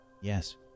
Yes